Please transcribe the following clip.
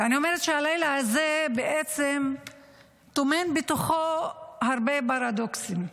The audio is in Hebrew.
ואני אומרת שהלילה הזה בעצם טומן בתוכו הרבה פרדוקסים,